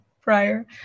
prior